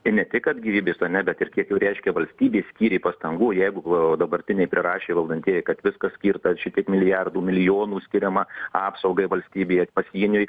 ir ne tik kad gyvybės ne bet ir kiek jų reiškia valstybė skyrė pastangų jeigu dabartiniai prirašė valdantieji kad viskas skirta šitiek milijardų milijonų skiriama apsaugai valstybė pasieniui